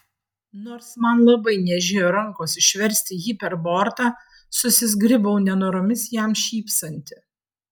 nors man labai niežėjo rankos išversti jį per bortą susizgribau nenoromis jam šypsanti